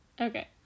Okay